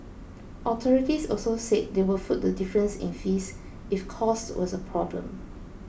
authorities also said they would foot the difference in fees if cost was a problem